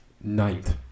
ninth